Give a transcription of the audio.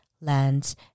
lands